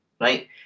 right